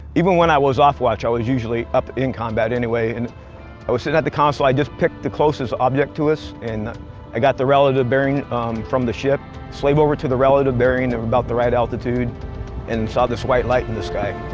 even when i was off watch i was usually up in combat anyway and i was sitting at the console, i just picked the closest object to us and i got the relative bearing from the ship. slave over to the relative bearing of about the right altitude and then saw this white light in the sky.